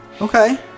Okay